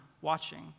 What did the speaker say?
watching